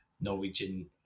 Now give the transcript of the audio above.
Norwegian